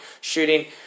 shooting